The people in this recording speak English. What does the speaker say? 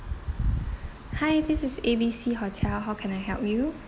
hi this is A B C hotel how can I help you